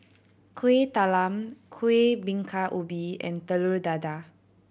Kueh Talam Kuih Bingka Ubi and Telur Dadah